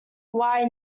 why